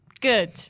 good